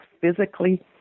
physically